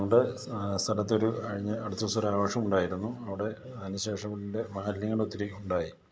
ഞങ്ങളുടെ സ്ഥലത്ത് ഒരു അടുത്ത് ഒരു ആഘോഷം ഉണ്ടായിരുന്നു അവിടെ അതിന് ശേഷം എൻ്റെ മാലിന്യങ്ങൾ ഒത്തിരി ഉണ്ടായി